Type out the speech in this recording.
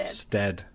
stead